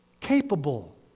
capable